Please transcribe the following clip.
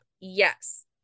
Yes